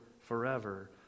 forever